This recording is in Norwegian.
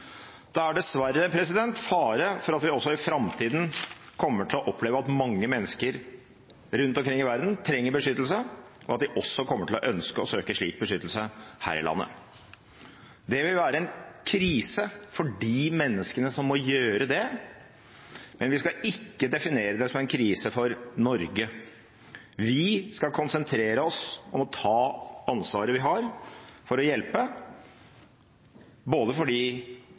Det er dessverre fare for at vi også i framtida kommer til å oppleve at mange mennesker rundt omkring i verden trenger beskyttelse, og at de også kommer til å ønske å søke slik beskyttelse her i landet. Det vil være en krise for de menneskene som må gjøre det, men vi skal ikke definere det som en krise for Norge. Vi skal konsentrere oss om å ta ansvaret vi har for å hjelpe, både